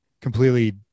completely